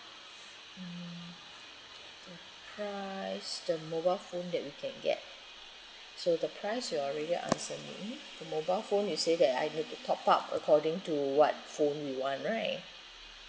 mm the price the mobile phone that we can get so the price you already answer me the mobile phone you say that I need to top up according to what phone we want right